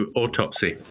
autopsy